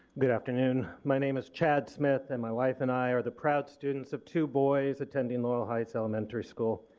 good afternoon. my name is chad smith and my wife and i are the proud students of two boys attending loyal heights elementary school.